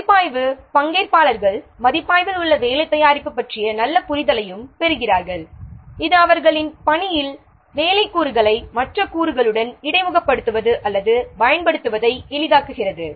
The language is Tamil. மதிப்பாய்வு பங்கேற்பாளர்கள் மதிப்பாய்வில் உள்ள வேலை தயாரிப்பு பற்றிய நல்ல புரிதலையும் பெறுகிறார்கள் இது அவர்களின் பணியில் வேலை கூறுகளை மற்ற கூறுகளுடன் இடைமுகப்படுத்துவது அல்லது பயன்படுத்துவதை எளிதாக்குகிறது